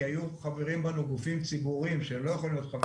כי היו חברים בנו גופים ציבוריים שלא יכולים להיות חברים בעמותה.